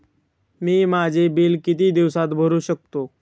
मी माझे बिल किती दिवसांत भरू शकतो?